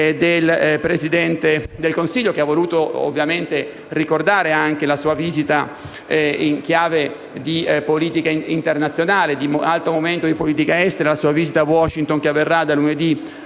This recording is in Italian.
del Presidente del Consiglio, che ha voluto ricordare in chiave di politica internazionale e di alto momento di politica estera, la sua visita a Washington, che avverrà da lunedì